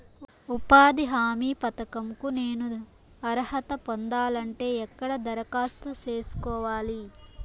ఉపాధి హామీ పథకం కు నేను అర్హత పొందాలంటే ఎక్కడ దరఖాస్తు సేసుకోవాలి?